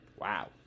Wow